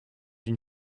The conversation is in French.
une